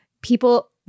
People